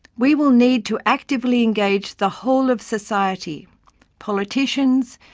we will need to actively engage the whole of society politicians,